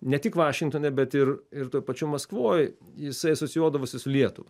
ne tik vašingtone bet ir ir toj pačioj maskvoj jisai asocijuodavosi su lietuva